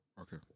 Okay